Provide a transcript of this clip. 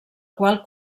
qual